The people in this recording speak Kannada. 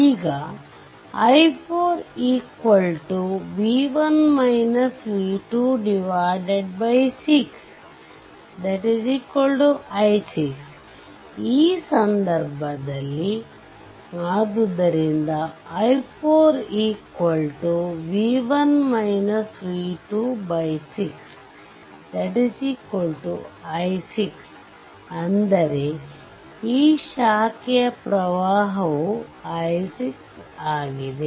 ಆದ್ದರಿಂದ i4 6 i6 ಈ ಸಂದರ್ಭದಲ್ಲಿ ಆದ್ದರಿಂದ i4 6 i6 ಅಂದರೆ ಈ ಶಾಖೆಯ ಪ್ರವಾಹವು i6 ಆಗಿದೆ